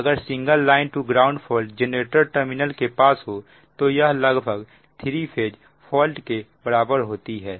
अगर single line to ground fault generator terminal के पास हो तो यह लगभग 3 फेज फॉल्ट के बराबर होती है